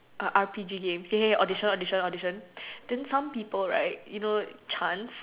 a R P G game ya ya audition audition audition then some people right you know chants